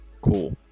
Cool